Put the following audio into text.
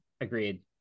Agreed